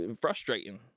frustrating